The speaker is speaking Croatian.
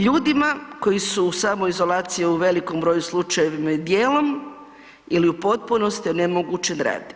Ljudima koji su u samoizolaciji u velikom broju slučajeva i dijelom ili u potpunosti je onemogućen rad.